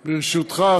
ברשותך,